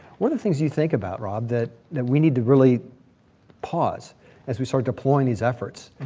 what are the things you think about rob that we need to really pause as we start deploying these efforts,